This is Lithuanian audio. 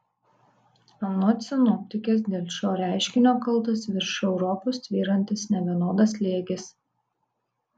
anot sinoptikės dėl šio reiškinio kaltas virš europos tvyrantis nevienodas slėgis